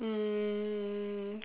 um